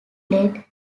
led